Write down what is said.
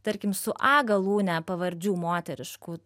tarkim su a galūne pavardžių moteriškų